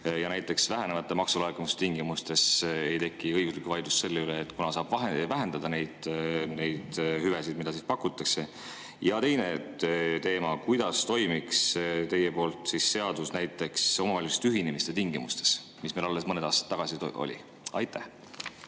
näiteks vähenevate maksulaekumiste tingimustes ei teki õiguslikku vaidlust, kuna saab vähendada neid hüvesid, mida pakutakse? Ja teine teema, kuidas toimiks teie seadus[eelnõu] näiteks omavalitsuste ühinemise tingimustes, mis meil alles mõned aastad tagasi oli? Aitäh!